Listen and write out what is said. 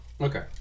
Okay